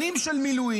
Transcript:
שנים של מילואים.